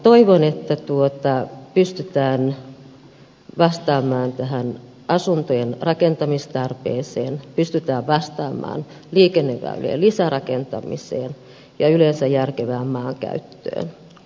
toivon että pystytään vastaamaan tähän asuntojen rakentamistarpeeseen pystytään vastaamaan liikenneväylien lisärakentamiseen ja yleensä järkevään maankäyttöön